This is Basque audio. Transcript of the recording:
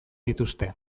dituzte